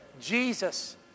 Jesus